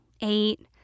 eight